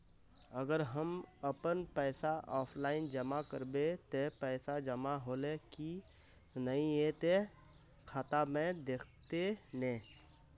अगर हम अपन पैसा ऑफलाइन जमा करबे ते पैसा जमा होले की नय इ ते खाता में दिखते ने?